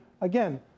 again